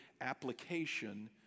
application